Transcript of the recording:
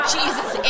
Jesus